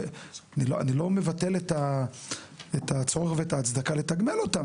אני לא מבטל את הצורך ואת ההצדקה לתגמל אותם,